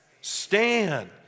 Stand